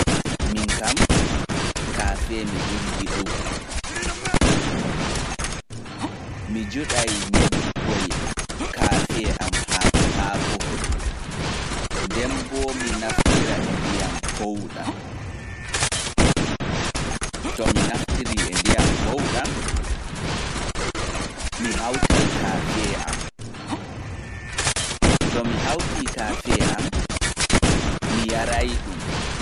Kafe mi ɓuri yiɗugo. Juɗu haakonyobboyn kafe ma, namu ɗe nden naftira e ndiyam powɗam kawtida kafe ma. Yaru kafe ma nana belɗun.